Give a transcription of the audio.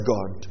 God